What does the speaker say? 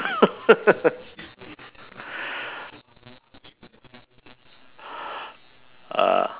uh